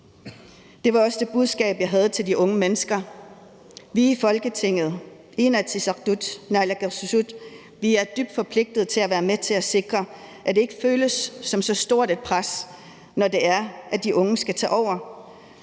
det var også det budskab, jeg havde til de unge mennesker: Vi i Folketinget, Inatsisartut og naalakkersuisut er dybt forpligtede til at være med til at sikre, at det ikke føles som så stort et pres, når det er, at de unge skal tage over,